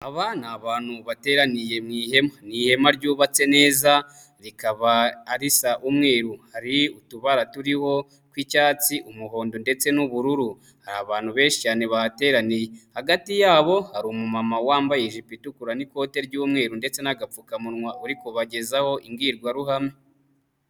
Aba ni abantu bateraniye mu ihema ni ihema ryubatse neza rikaba arisa umweru, hari utubara turiho tw'icyatsi, umuhondo ndetse n'ubururu, hari abantu benshi cyane bateraniye hagati yabo hari umumama wambaye ijipo itukura n'ikote ry'umweru ndetse n'agapfukamunwa uri kubagezaho imbwirwaruhame.